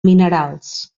minerals